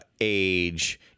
age